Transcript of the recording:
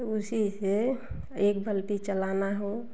तो उसी से एक बाल्टी चलाना हो